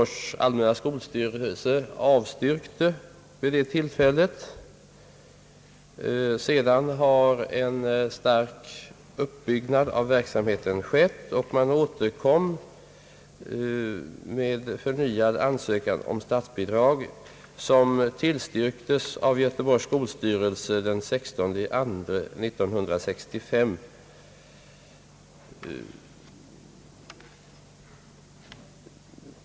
männa skolstyrelse avstyrkte vid det tillfället. Sedan har en kraftig uppbyggnad av verksamheten skett, och man återkom med förnyad ansökan om statsbidrag, som tillstyrktes av Göteborgs skolstyrelse 16/2 1965.